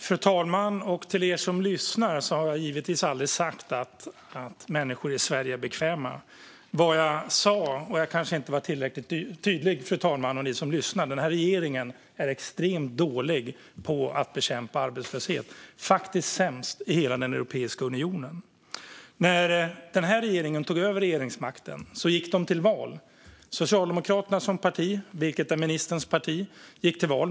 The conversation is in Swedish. Fru talman! Till er som lyssnar: Jag har givetvis aldrig sagt människor i Sverige är bekväma. Vad jag sa men kanske inte var tillräckligt tydlig med är att denna regering är extremt dålig på att bekämpa arbetslöshet, faktiskt sämst i hela Europeiska unionen. Socialdemokraterna gick till val på att Sverige skulle ha EU:s lägsta arbetslöshet.